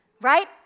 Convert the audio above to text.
right